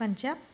Punjab